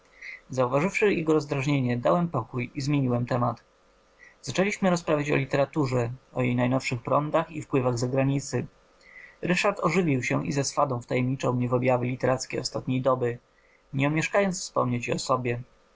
interwencyi zauważywszy jego rozdrażnienie dałem pokój i zmieniłem temat zaczęliśmy rozprawiać o literaturze o jej najnowszych prądach i wpływach zagranicy ryszard ożywił się i ze swadą wtajemniczał mnie w objawy literackiej ostatniej doby nie omieszkując wspomnieć i o sobie